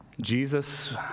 Jesus